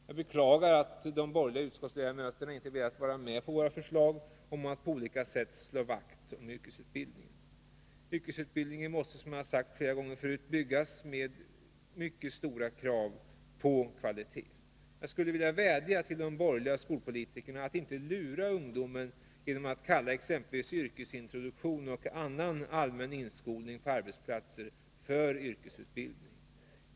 Jag beklagar att de borgerliga utskottsledamöterna inte velat vara med på våra förslag om att på olika sätt slå vakt om yrkesutbildningen. Yrkesutbildningen måste, som jag har sagt flera gånger förut, byggas med mycket stora krav på kvalitet. Jag skulle vilja vädja till de borgerliga skolpolitikerna att inte lura ungdomen genom att kalla exempelvis yrkesintroduktion och annan allmän inskolning på arbetsplatser för yrkesutbildning.